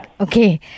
Okay